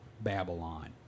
Babylon